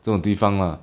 这种地方啦